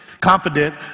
confident